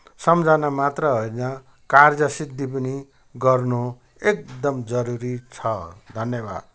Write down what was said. सम्झना मात्र होइन कार्य सिद्धि पनि गर्न एकदम जरुरी छ धन्यवाद